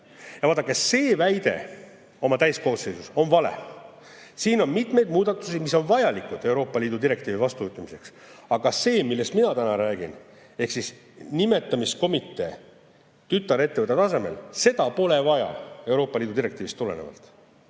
Vaadake, see väide oma täiskoosseisus on vale. Siin eelnõus on mitmeid muudatusi, mis on vajalikud Euroopa Liidu direktiivi vastuvõtmiseks. Aga seda, millest mina täna räägin, ehk nimetamiskomiteed tütarettevõtte tasemel, pole vaja Euroopa Liidu direktiivist tulenevalt.